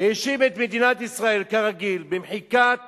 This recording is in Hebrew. האשים את מדינת ישראל, כרגיל, במחיקת